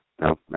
No